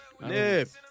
Nip